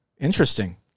Interesting